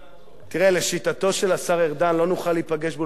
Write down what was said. לשיטתו של השר ארדן לא נוכל להיפגש באולפני טלוויזיה,